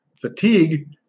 fatigue